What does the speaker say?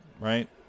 Right